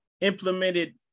implemented